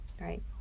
Right